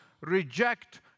reject